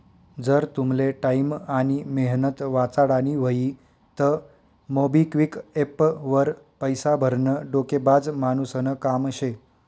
जर तुमले टाईम आनी मेहनत वाचाडानी व्हयी तं मोबिक्विक एप्प वर पैसा भरनं डोकेबाज मानुसनं काम शे